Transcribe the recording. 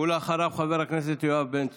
אחריו, חבר הכנסת יואב בן צור.